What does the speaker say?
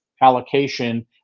allocation